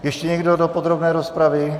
Ještě někdo do podrobné rozpravy?